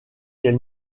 quel